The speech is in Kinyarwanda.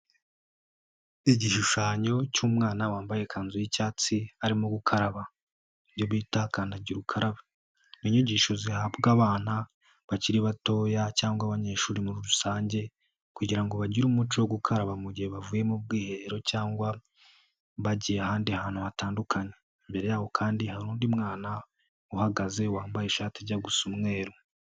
Igishushanyo cy'umwana wambaye ikanzu y'icyatsi, arimo gukaraba. Ibyo bita kandagira ukaraba inyigisho zihabwa abana bakiri batoya, cyangwa abanyeshuri muri rusange, kugira bagire umuco wo gukaraba gihe bavuye mu bwiherero cyangwa bagiye ahandi hantu hatandukanye. Imbere ye kandi hari undi mwana uhagaze wambaye ishati ijya gusa umweru.